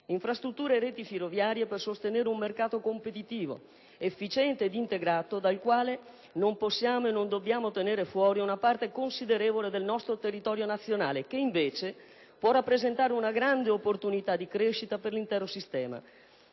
Infrastrutture e reti ferroviarie sono altresì mirate a sostenere un mercato competitivo, efficiente ed integrato, dal quale non possiamo e non dobbiamo tenere fuori una parte considerevole del nostro territorio nazionale, che invece può rappresentare una grande opportunità di crescita per l'intero sistema.